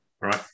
right